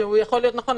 שיכול להיות נכון.